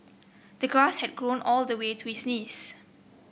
the grass had grown all the way to his knees